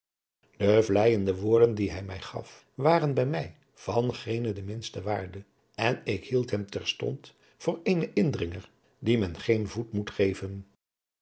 die hij mij gaf waren bij mij van geene de minste waarde en ik hield hem terstond voor eenen indringer dien men geen voet moet geven